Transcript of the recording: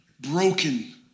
broken